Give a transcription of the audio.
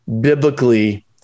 biblically